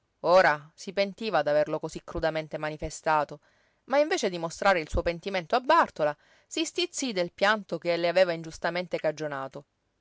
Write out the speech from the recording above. ora si pentiva d'averlo cosí crudamente manifestato ma invece di mostrare il suo pentimento a bàrtola si stizzí del pianto che le aveva ingiustamente cagionato